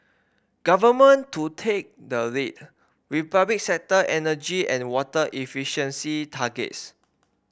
government to take the lead with public sector energy and water efficiency targets